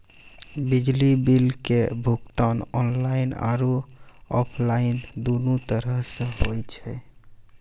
बिजली बिल के भुगतान आनलाइन आरु आफलाइन दुनू तरहो से होय छै